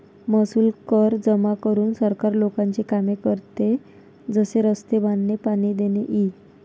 महसूल कर जमा करून सरकार लोकांची कामे करते, जसे रस्ते बांधणे, पाणी देणे इ